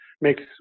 makes